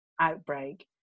outbreak